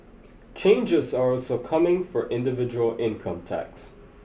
changes are also coming for individual income tax